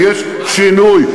ויש שינוי.